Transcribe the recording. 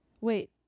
Wait